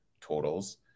totals